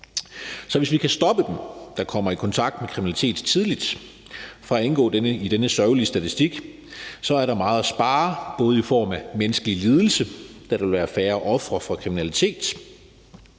Så hvis vi tidligt kan stoppe dem, der kommer i kontakt med kriminalitet, fra at indgå i denne sørgelige statistik, er der meget at spare i form af menneskelig lidelse, da der vil være færre ofre for kriminalitet,